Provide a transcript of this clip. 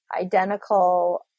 identical